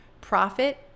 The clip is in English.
profit